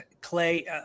Clay